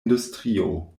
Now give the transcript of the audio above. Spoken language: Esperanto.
industrio